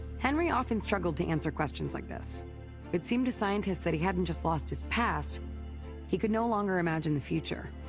henry often struggled to answer questions like these it seemed to scientists that he hadn't just lost his past he could no longer imagine the future.